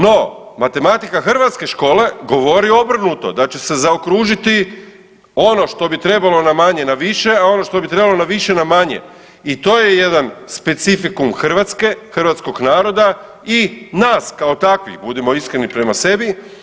No matematika hrvatske škole govori obrnuto, da će se zaokružiti ono što bi trebalo na manje na više, a ono što bi trebalo na više na manje i to je jedan specifikum Hrvatske, hrvatskog naroda i nas kao takvih, budimo iskreni prema sebi.